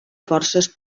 forces